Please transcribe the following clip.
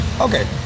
okay